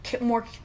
more